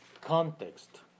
context